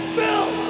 Phil